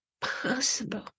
possible